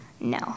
No